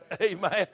Amen